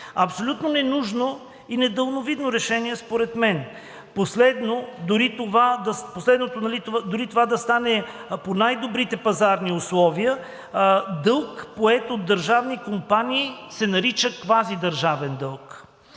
абсолютно ненужно и недалновидно решение според мен. Последно, дори това да стане по най-добрите пазарни условия, дълг, поет от държавни компании, се нарича квазидържавен дълг.